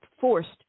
forced